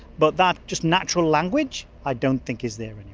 but that just natural language, i don't think is there